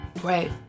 right